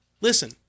listen